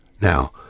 Now